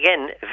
again